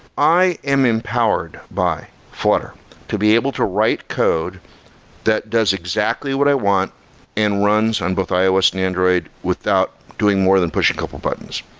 i am empowered by flutter to be able to write code that does exactly what i want and runs on both ios and android without doing more than pushing a couple of buttons.